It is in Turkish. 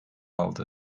aldı